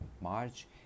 March